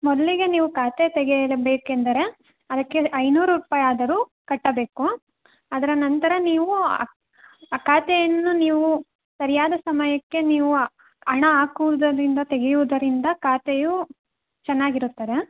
ಮೊದಲಿಗೆ ನೀವು ಖಾತೆ ತೆಗೆಯಲು ಬೇಕೆಂದರೆ ಅದಕ್ಕೆ ಐನೂರು ರೂಪಾಯಾದರೂ ಕಟ್ಟಬೇಕು ಅದರ ನಂತರ ನೀವು ಆ ಖಾತೆಯನ್ನು ನೀವು ಸರಿಯಾದ ಸಮಯಕ್ಕೆ ನೀವು ಹಣ ಹಾಕುವುದರಿಂದ ತೆಗೆಯುವುದರಿಂದ ಖಾತೆಯು ಚೆನ್ನಾಗಿರುತ್ತದೆ